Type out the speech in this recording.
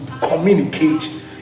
communicate